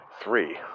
three